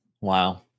Wow